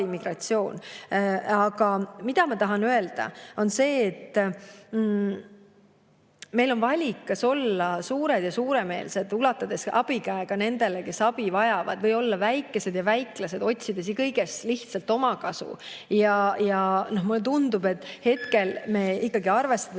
Aga ma tahan veel öelda, et meil on valik, kas olla suured ja suuremeelsed, ulatades abikäe ka nendele, kes abi vajavad, või olla väikesed ja väiklased, otsides kõiges lihtsalt omakasu. Ja mulle tundub, et hetkel me ikkagi, arvestades